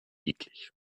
eklig